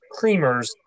creamers